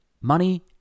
money